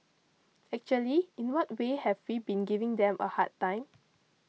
actually in what way have we been giving them a hard time